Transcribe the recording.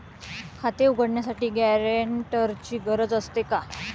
खाते उघडण्यासाठी गॅरेंटरची गरज असते का?